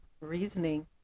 reasoning